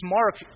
Mark